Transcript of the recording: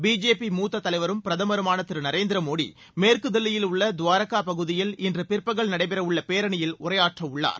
BJP மூத்த தலைவரும் பிரதமருமான தரு நரேந்திர மோடி மேற்கு தில்லியில் உள்ள துவாரகா பகுதியில் இன்று பிற்பகல் நடைபெற உள்ள பேரணியில் உரையாற்ற உள்ளார்